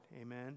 Amen